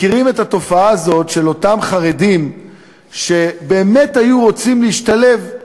מכירים את התופעה הזאת של אותם חרדים שבאמת היו רוצים להשתלב.